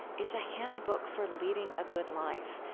it's a handbook for leading a good life,